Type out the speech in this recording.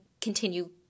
continue